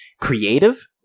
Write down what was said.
creative